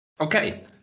Okay